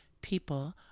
people